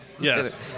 Yes